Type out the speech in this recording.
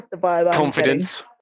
confidence